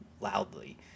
loudly